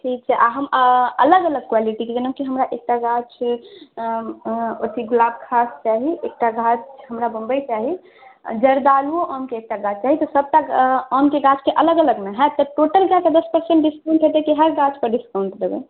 ठीक छै हम अलग अलग क्वालिटीके जेना हमरा एकटा गाछ गुलाबखास चाही एकटा गाछ हमरा बम्बई चाही आ जर्दालुओ आमके एकटा गाछ चाही तऽ सभटा आमके गाछके अलग अलग ने होयत तऽ टोटलकयके दस परसेन्ट डिस्काउण्ट हेतै कि हर गाछ पर डिस्काउण्ट देबै